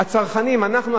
אנחנו,